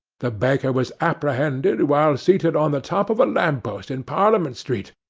the baker was apprehended while seated on the top of a lamp-post in parliament street,